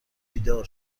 بیدار